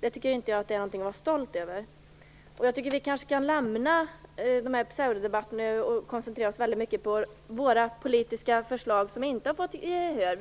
Det tycker inte jag är något att vara stolt över. Vi kanske nu kan lämna den här pseudodebatten och koncentrera oss på de av våra politiska förslag som inte har vunnit gehör.